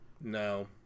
No